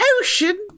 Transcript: ocean